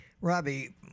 Robbie